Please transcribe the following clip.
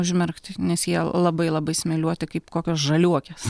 užmerkt nes jie labai labai smėliuoti kaip kokios žaliuokės